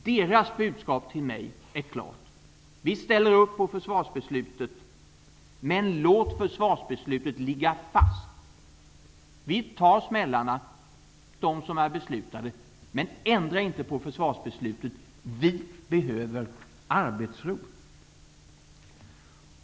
Deras budskap till mig är klart: Vi ställer upp på försvarsbeslutet, men låt försvarsbeslutet ligga fast! Vi tar smällarna, de som är beslutade, men ändra inte på försvarsbeslutet! Vi behöver arbetsro.